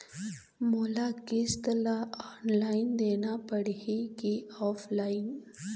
मोला किस्त ला ऑनलाइन देना पड़ही की ऑफलाइन?